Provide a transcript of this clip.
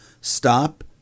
stop